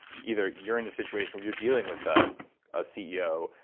either you're in a situation where you're dealing with the a ceo,